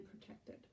protected